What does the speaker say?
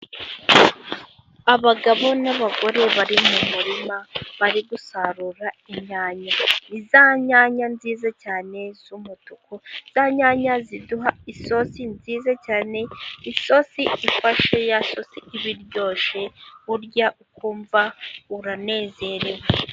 Abagabo n'abagore bari mu murima, bari gusarura inyanya, za nyanya nziza cyane z'umutuku, za nyanya ziduha isosi nziza cyane, isosi ifashe, ya sosi iba ibiryoshye, urya ukumva uranezerewe.